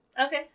Okay